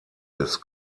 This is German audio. des